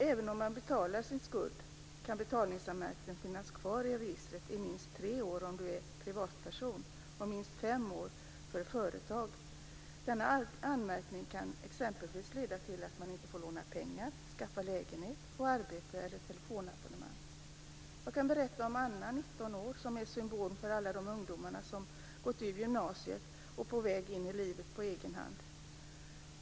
Även om man betalar sin skuld, kan betalningsanmärkningen finnas kvar i registret i minst tre år för en privatperson och i minst fem år för ett företag. Denna anmärkning kan exempelvis leda till att man inte får låna pengar, inte kan skaffa lägenhet, arbete eller telefonabonnemang. Jag kan berätta om Anna, 19 år, som är en symbol för alla de ungdomar som gått ut gymnasiet och är på väg in i livet på egen hand.